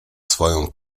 swoją